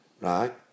right